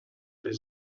his